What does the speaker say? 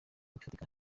bifatira